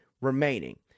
remaining